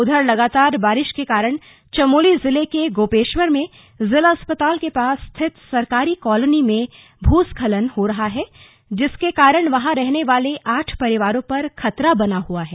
उधर लगातार बारिश के कारण चमोली जिले के गोपेश्वर में जिला अस्पताल के पास स्थित सरकारी कालोनी में भूस्खलन हो रहा है जिसके कारण वहां रहने वाले आठ परिवारों पर खतरा बना हुआ है